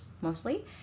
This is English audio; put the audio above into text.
mostly